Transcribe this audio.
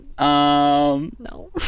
no